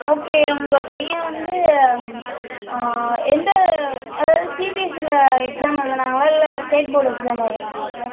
okay உங்கள் பையன் வந்து எந்த அதாவது சிபிஎஸ்சியில எக்ஸாம் எழுதுனாங்களா இல்லை ஸ்டேட் போர்டு எக்ஸாம் எழுதுனாங்களா சார்